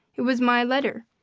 it was my letter.